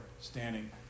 standing